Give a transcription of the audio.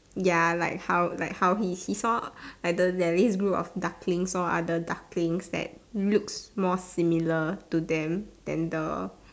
ya like how like how he he saw like there is this group of ducklings lor are the ducklings that look more similar to them than the